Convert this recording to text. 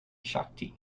shakti